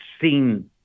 seen